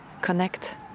connect